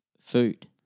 food